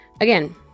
again